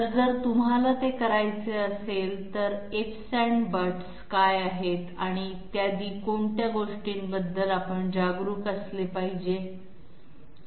तर जर तुम्हाला ते करायचे असेल तर "ifs" आणि "buts" काय आहेत आणि इत्यादी कोणत्या गोष्टींबद्दल आपण जागरूक असले पाहिजे